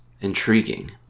Intriguing